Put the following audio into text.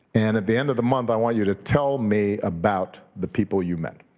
and at the end of the month, i want you to tell me about the people you met.